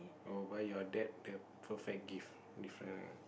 I will buy your dad the perfect gift